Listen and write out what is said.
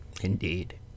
Indeed